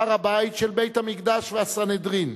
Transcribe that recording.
הר-הבית של בית-המקדש והסנהדרין,